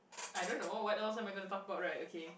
I don't know what else am I gonna talk about right okay